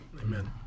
Amen